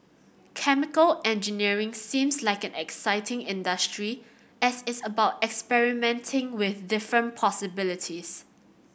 chemical engineering seems like an exciting industry as it's about experimenting with different possibilities